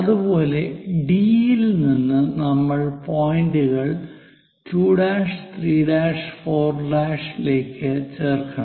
അതുപോലെ ഡി യിൽ നിന്ന് നമ്മൾ പോയിന്റുകൾ 2' 3' 4 ലേക്ക് ചേർക്കണം